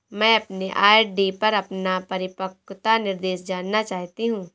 मैं अपने आर.डी पर अपना परिपक्वता निर्देश जानना चाहती हूँ